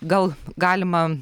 gal galima